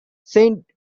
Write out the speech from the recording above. saint